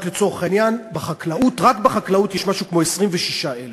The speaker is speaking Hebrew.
רק לצורך העניין, רק בחקלאות יש משהו כמו 26,000